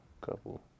couple